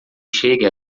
chegue